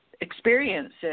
experiences